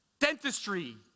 Dentistry